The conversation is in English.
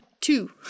Two